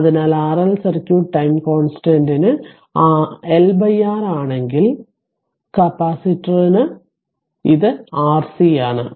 അതിനാൽ RL circuit time constant LR ആണെങ്കിൽ കപ്പാസിറ്ററിന് ഇത് RC ആണ്